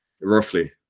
Roughly